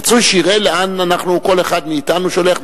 רצוי שיראה לאן כל אחד מאתנו שולח.